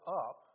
up